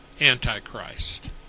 Antichrist